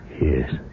Yes